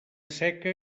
seca